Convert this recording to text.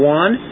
one